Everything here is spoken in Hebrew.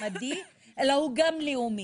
מעמדי אלא הוא גם לאומי.